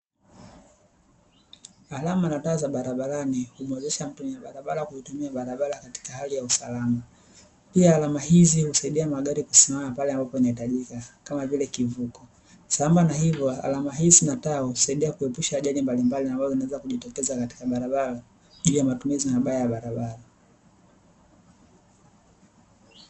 Alama na taa za barabarani humwezesha mtumia barabara kuitumia barabara katika hali ya usalama, pia alama hizi husaidia magari kusimama pale ambapo inahitajika kama vile; kivuko, sambamba na hivyo alama hizi na taa husaidia kuepusha ajali mbalimbali ambazo zinaweza kujitokeza katika barabara juu ya matumizi mabaya ya barabara.